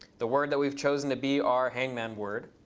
the word that we've chosen to be our hangman word.